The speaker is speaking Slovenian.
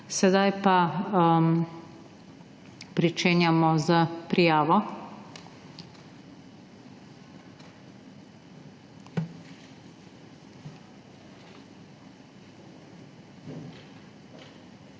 Sedaj pa pričenjamo s prijavo.